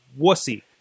wussy